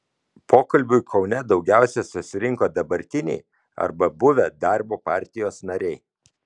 pokalbiui kaune daugiausiai susirinko dabartiniai arba buvę darbo partijos nariai